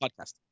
podcast